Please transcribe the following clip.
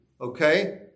okay